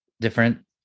different